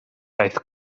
daeth